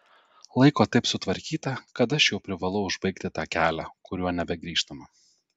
laiko taip sutvarkyta kad aš jau privalau užbaigti tą kelią kuriuo nebegrįžtama